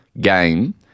game